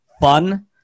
fun